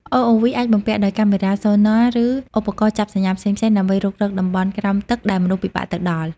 ROV អាចបំពាក់ដោយកាមេរ៉ា Sonar ឬឧបករណ៍ចាប់សញ្ញាផ្សេងៗ ដើម្បីរុករកតំបន់ក្រោមទឹកដែលមនុស្សពិបាកទៅដល់។